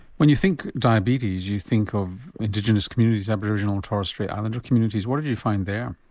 when you think diabetes you think of indigenous communities, aboriginal, torres strait islander communities what did you find there?